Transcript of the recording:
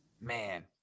Man